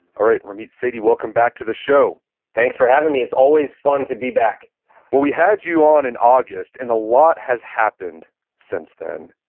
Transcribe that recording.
alright, ramit sethi, welcome back to the show thanks for having me. it's always fun to be back well, we had you on on in august and a lot has happened since then.